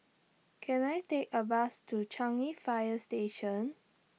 Can I Take A Bus to Changi Fire Station